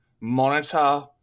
monitor